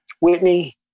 Whitney